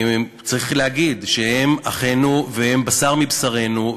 צריך להגיד שהם אחינו והם בשר מבשרנו,